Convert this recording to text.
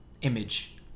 image